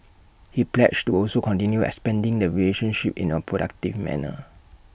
he pledged to also continue expanding the relationship in A productive manner